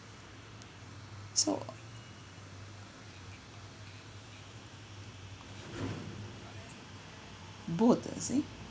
so both uh see